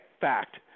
Fact